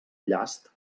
llast